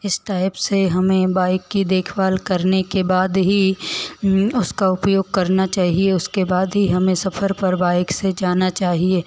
इस टाइप से हमें बाइक की देख भाल करने के बाद ही उसका उपयोग करना चाहिए उसके बाद ही हमें सफ़र पर बाइक से जाना चाहिए